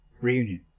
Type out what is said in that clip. reunion